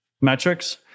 metrics